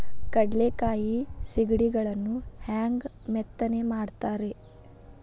ಕಡಲೆಕಾಯಿ ಸಿಗಡಿಗಳನ್ನು ಹ್ಯಾಂಗ ಮೆತ್ತನೆ ಮಾಡ್ತಾರ ರೇ?